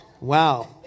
Wow